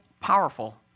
powerful